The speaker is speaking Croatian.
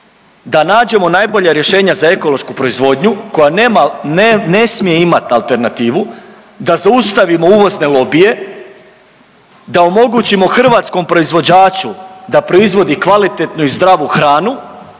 da nađemo najbolja rješenja za ekološku proizvodnju koja nema, ne smije imati alternativu, da zaustavimo uvozne lobije, da omogućimo hrvatskom proizvođaču da proizvodi kvalitetnu i zdravu hranu